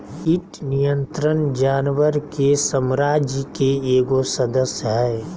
कीट नियंत्रण जानवर के साम्राज्य के एगो सदस्य हइ